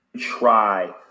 try